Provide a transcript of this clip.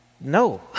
No